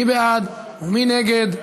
מי בעד ומי נגד?